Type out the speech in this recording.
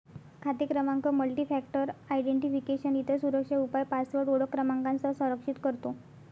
खाते क्रमांक multifactor identification, इतर सुरक्षा उपाय पासवर्ड ओळख क्रमांकासह संरक्षित करतो